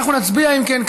אם כן,